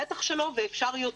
בטח שלא, ואפשר יותר.